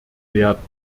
werden